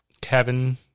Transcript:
Kevin